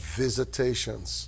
visitations